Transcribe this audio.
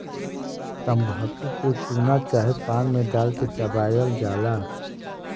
तम्बाकू के चूना चाहे पान मे डाल के चबायल जाला